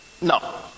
No